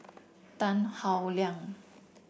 Tan Howe Liang